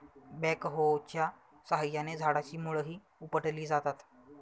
बॅकहोच्या साहाय्याने झाडाची मुळंही उपटली जातात